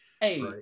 Hey